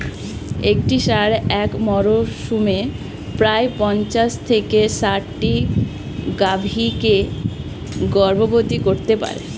একটি ষাঁড় এক মরসুমে প্রায় পঞ্চাশ থেকে ষাটটি গাভী কে গর্ভবতী করতে পারে